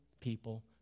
people